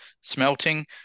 smelting